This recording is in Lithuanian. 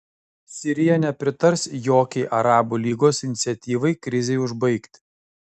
sirija nepritars jokiai arabų lygos iniciatyvai krizei užbaigti